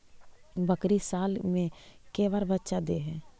बकरी साल मे के बार बच्चा दे है?